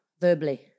verbally